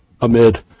amid